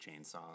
Chainsaw